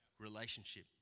relationship